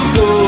go